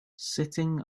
sitting